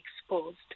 exposed